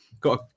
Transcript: got